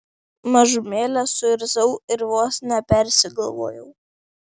mažumėlę suirzau ir vos nepersigalvojau